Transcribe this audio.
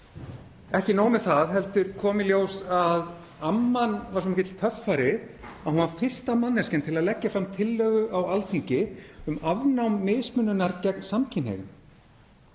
Ekki nóg með það heldur kom í ljós að amman var svo mikill töffari að hún var fyrsta manneskjan til að leggja fram tillögu á Alþingi um afnám mismununar gegn samkynhneigðum.